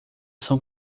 são